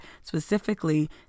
specifically